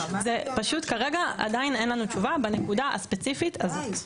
פשוט כרגע עדיין אין לנו תשובה בנקודה הספציפית הזאת.